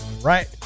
right